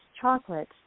chocolate